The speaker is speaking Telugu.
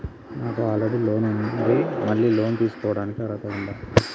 నాకు ఆల్రెడీ లోన్ ఉండి మళ్ళీ లోన్ తీసుకోవడానికి అర్హత ఉందా?